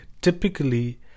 typically